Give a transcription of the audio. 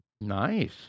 Nice